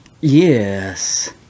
Yes